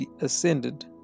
ascended